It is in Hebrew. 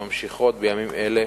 שנמשכות בימים אלה